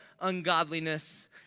ungodliness